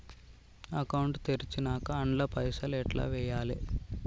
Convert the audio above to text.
Account తెరిచినాక అండ్ల పైసల్ ఎట్ల వేయాలే?